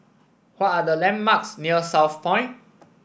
what are the landmarks near Southpoint